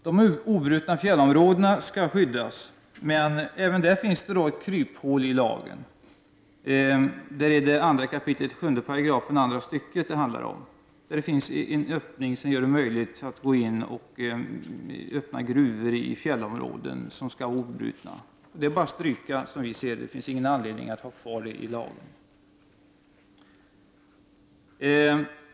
De obrutna fjällområdena skall skyddas, men även där finns ett kryphål i lagen, nämligen 2 kap. 7 § andra stycket. Där finns en öppning som gör det möjligt att gå in och öppna gruvor i fjällområden som skall vara obrutna. Som vi ser det är det bara att stryka detta stycke. Det finns ingen anledning att ha det kvar i lagen.